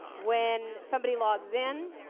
when somebody logs in,